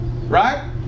Right